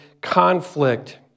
conflict